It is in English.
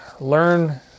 learn